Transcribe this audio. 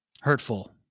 hurtful